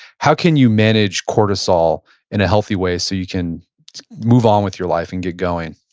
how can you manage cortisol in a healthy way, so you can move on with your life and get going?